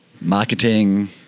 marketing